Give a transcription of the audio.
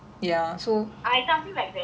I have somemthing like that ya